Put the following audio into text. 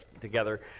together